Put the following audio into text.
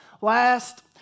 last